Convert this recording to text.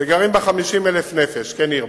שגרים בה 50,000 נפש, כן ירבו,